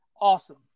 awesome